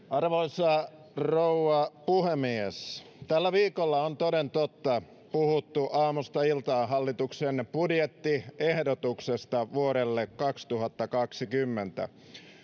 arvoisa rouva puhemies tällä viikolla on toden totta puhuttu aamusta iltaan hallituksen budjettiehdotuksesta vuodelle kaksituhattakaksikymmentä